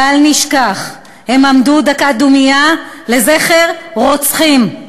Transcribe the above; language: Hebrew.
בל נשכח, הם עמדו דקת דומייה לזכר רוצחים,